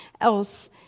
else